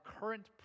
current